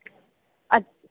अच